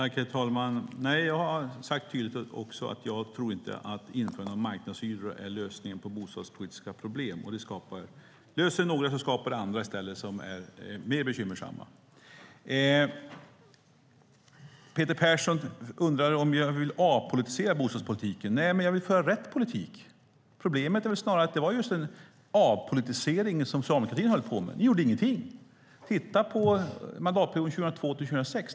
Herr talman! Nej, jag har sagt tydligt att jag inte tror att införande av marknadshyror är lösningen på bostadspolitiska problem. Löser det några skapar det andra i stället som är mer bekymmersamma. Peter Persson undrar om jag vill avpolitisera bostadspolitiken. Nej, men jag vill föra rätt politik. Problemet är väl snarare att det just var en avpolitisering som socialdemokratin höll på med. Ni gjorde ingenting. Titta på mandatperioden 2002-2006!